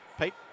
Pete